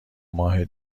ماه